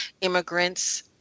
immigrants